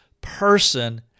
person